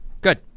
Good